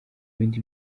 bindi